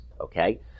okay